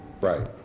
right